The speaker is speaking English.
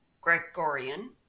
Gregorian